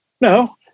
no